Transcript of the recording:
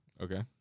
Okay